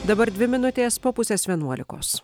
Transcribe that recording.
dabar dvi minutės po pusės vienuolikos